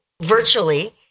virtually